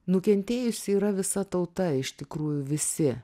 nukentėjusi yra visa tauta iš tikrųjų visi